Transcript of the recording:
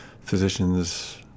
physicians